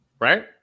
right